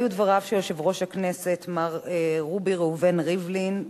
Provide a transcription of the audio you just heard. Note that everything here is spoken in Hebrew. אלה היו דבריו של יושב-ראש הכנסת מר רובי ראובן ריבלין.